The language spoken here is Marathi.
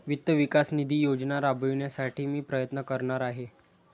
वित्त विकास निधी योजना राबविण्यासाठी मी प्रयत्न करणार आहे